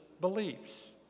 beliefs